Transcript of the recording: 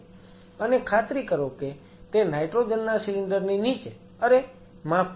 અને ખાતરી કરો કે તે નાઈટ્રોજન ના સિલિન્ડર ની નીચે અરે માફ કરશો